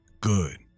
Good